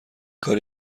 کار